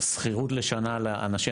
שכירות לשנה לאנשים,